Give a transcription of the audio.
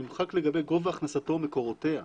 נמחק 'לגבי גובה הכנסתו ומקורותיה'.